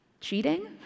Cheating